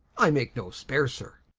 i made no spare sir